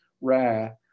rare